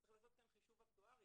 צריך לעשות כאן חישוב אקטוארי.